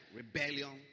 rebellion